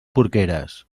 porqueres